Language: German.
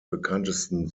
bekanntesten